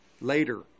later